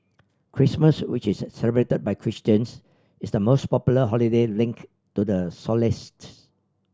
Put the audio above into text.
Christmas which is celebrated by Christians is the most popular holiday linked to the solstice